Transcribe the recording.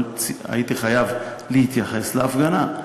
אבל הייתי חייב להתייחס להפגנה.